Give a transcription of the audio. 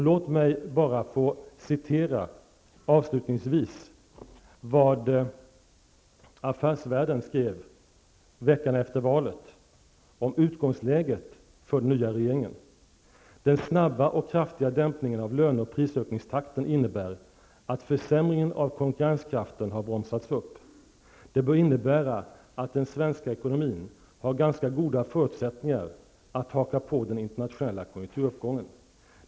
Låt mig avslutningsvis få citera vad tidningen Affärsvärlden skrev veckan efter valet om utgångsläget för den nya regeringen: ''Den snabba och kraftiga dämpningen av löne och prisökningstakten innebär att försämringen av konkurrenskraften bromsas upp. Det bör innebär att den svenska ekonomin har ganska goda förutsättningar att haka på den internationella konjunkturuppgången.